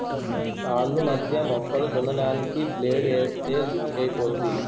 సాల్లు మధ్య మొక్కలు దున్నడానికి బ్లేడ్ ఏస్తే దుక్కైపోద్ది